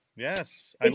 Yes